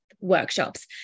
workshops